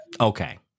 Okay